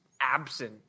absent